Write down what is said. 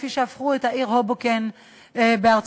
כפי שהפכו את העיר הובוקן בארצות-הברית,